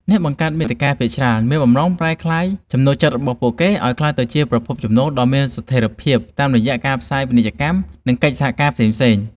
អ្នកបង្កើតមាតិកាភាគច្រើនមានបំណងប្រែក្លាយចំណូលចិត្តរបស់ពួកគេឱ្យទៅជាប្រភពចំណូលដ៏មានស្ថេរភាពតាមរយៈការផ្សាយពាណិជ្ជកម្ម និងកិច្ចសហការផ្សេងៗ។